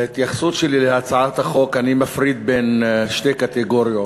בהתייחסות שלי להצעת החוק אני מפריד בין שתי קטגוריות,